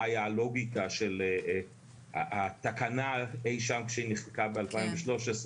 היה הלוגיקה של התקנה אי שם כשהיא נחקקה ב-2013.